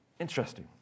Interesting